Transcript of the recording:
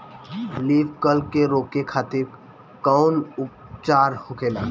Leaf curl के रोके खातिर कउन उपचार होखेला?